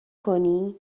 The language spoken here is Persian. کنی